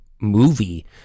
movie